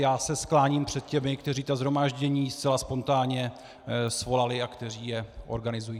Já se skláním před těmi, kteří ta shromáždění zcela spontánně svolali a kteří je organizují.